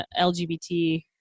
LGBT